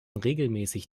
regelmäßig